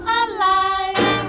alive